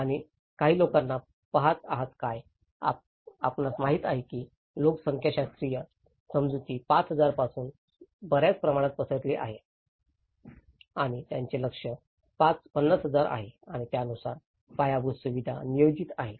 आपण काही लोकांना पहात आहात काय आपणास माहिती आहे की लोकसंख्याशास्त्रीय समजुती 5000 पासून बर्याच प्रमाणात पसरली आहे आणि त्यांचे लक्ष्य 50000 आहे आणि त्यानुसार पायाभूत सुविधा नियोजित आहेत